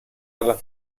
alla